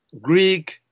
Greek